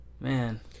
Man